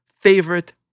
favorite